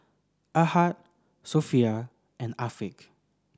Ahad Sofea and Afiq